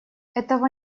этого